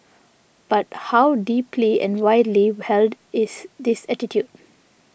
but how deeply and widely held is this attitude